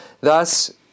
Thus